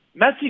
Messi